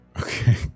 Okay